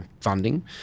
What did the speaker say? funding